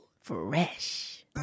Fresh